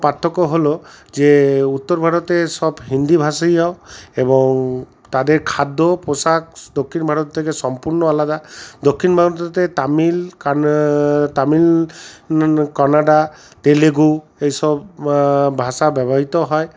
পার্থক্য হলো যে উত্তর ভারতের সব হিন্দি ভাষী হও এবং তাদের খাদ্য পোশাক দক্ষিণ ভারত থেকে সম্পূর্ণ আলাদা দক্ষিণ ভারতের তামিল তামিল কানাডা তেলেগু এই সব ভাষা ব্যবহৃত হয়